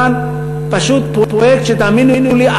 כאן זה פשוט פרויקט שתאמינו לי,